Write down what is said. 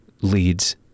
leads